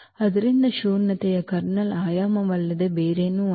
ಆದ್ದರಿಂದ ಶೂನ್ಯತೆಯು ಕರ್ನಲ್ನ ಆಯಾಮವಲ್ಲದೆ ಬೇರೇನೂ ಅಲ್ಲ